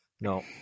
No